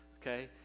Okay